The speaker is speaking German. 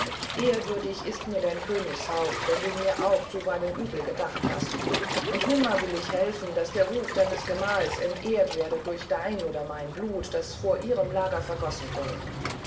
ehrwürdig ist mir dein königshaupt wenn du mir auch zuweilen übles gedacht hast und nimmer will ich helfen daß der ruf deines gemahls entehrt werde durch dein oder mein blut das vor ihrem lager vergossen wird